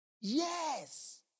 Yes